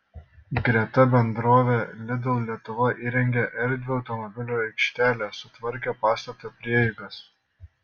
greta bendrovė lidl lietuva įrengė erdvią automobilių aikštelę sutvarkė pastato prieigas